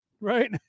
right